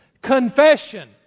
confession